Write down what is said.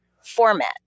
format